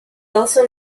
also